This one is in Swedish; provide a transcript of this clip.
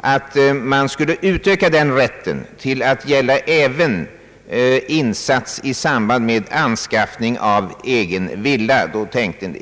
att möjligheterna att låna pengar skall utökas till att avse även insats i samband med anskaffning av egnahemsfastighet.